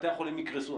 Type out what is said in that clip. בתי החולים יקרסו.